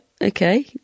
okay